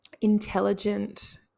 intelligent